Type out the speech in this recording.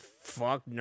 fuck